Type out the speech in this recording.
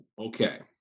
Okay